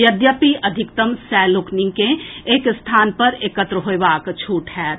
यद्यपि अधिकतम सय लोकनि के एक स्थान पर एकत्र होएबाक छूट होएत